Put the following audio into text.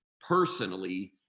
personally